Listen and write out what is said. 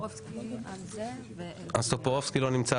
טופורובסקי על זה --- אז טופורובסקי לא נמצא,